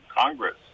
Congress